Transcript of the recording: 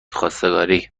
خواستگاری